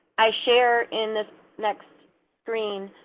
i share in this next screen,